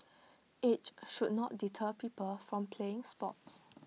age should not deter people from playing sports